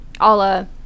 Allah